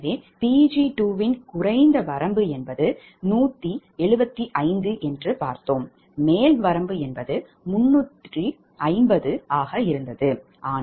எனவே Pg2 இன் குறைந்த வரம்பு 175 என்று பார்த்தால் மேல் வரம்பு 350 ஆகும்